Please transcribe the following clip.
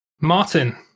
Martin